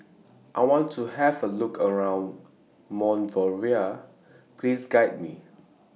I want to Have A Look around Monrovia Please Guide Me